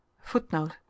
Footnote